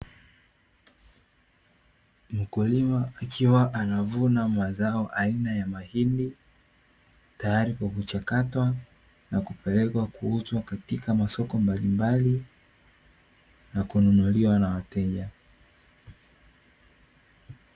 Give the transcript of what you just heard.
Mkulima akiwa anavuna mazao aina ya mahindi, tayari kwa kuchakatwa na kupelekwa kuuzwa katika masoko mbalimbali na kununuliwa na wateja.